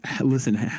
listen